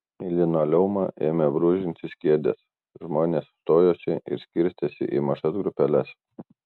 į linoleumą ėmė brūžintis kėdės žmonės stojosi ir skirstėsi į mažas grupeles